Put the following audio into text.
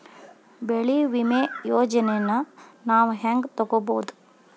ಬೆಳಿ ವಿಮೆ ಯೋಜನೆನ ನಾವ್ ಹೆಂಗ್ ತೊಗೊಬೋದ್?